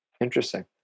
Interesting